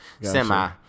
Semi